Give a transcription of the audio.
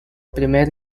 primer